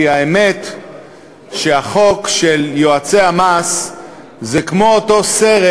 כי האמת שהחוק של יועצי המס זה כמו אותו סרט